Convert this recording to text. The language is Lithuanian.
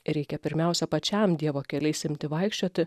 reikia pirmiausia pačiam dievo keliais imti vaikščioti